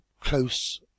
close